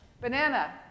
banana